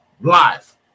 live